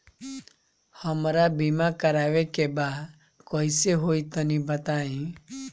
हमरा बीमा करावे के बा कइसे होई तनि बताईं?